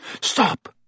Stop